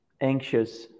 anxious